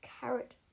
carrot